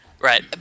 right